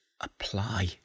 apply